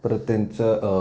परत त्यांचं